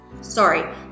Sorry